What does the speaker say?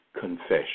confession